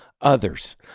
others